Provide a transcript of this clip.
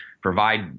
provide